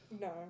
No